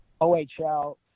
OHL